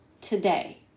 today